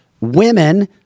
women